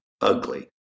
ugly